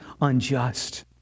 unjust